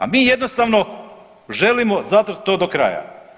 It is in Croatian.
A mi jednostavno želimo zatrt to do kraja.